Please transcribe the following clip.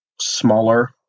smaller